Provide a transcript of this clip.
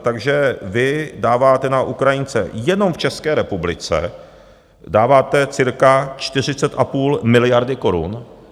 Takže vy dáváte na Ukrajince jenom v České republice dáváte cirka 40,5 miliardy korun.